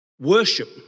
Worship